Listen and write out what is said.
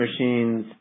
machines